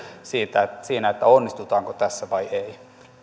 siinä onnistutaanko tässä vai ei